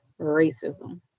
racism